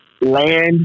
land